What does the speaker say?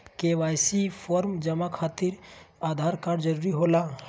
KYC form जमा खातिर Aadhaar card जरूरी होला?